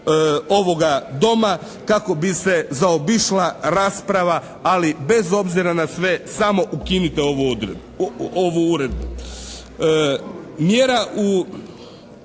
ovoga Doma" kako bi se zaobišla rasprava ali bez obzira samo ukinute ovu uredbu.